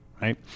right